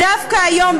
דווקא היום,